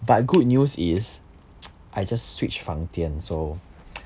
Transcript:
but good news is I just switched 房间 so